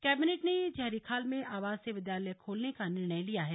cabinet ने जयहरीखाल में आवासीय विद्यालय खोलने का निर्णय लिया है